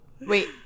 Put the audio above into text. Wait